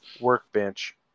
workbench